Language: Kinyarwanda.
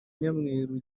nyamweru